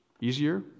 easier